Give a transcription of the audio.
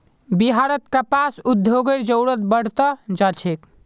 बिहारत कपास उद्योगेर जरूरत बढ़ त जा छेक